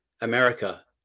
America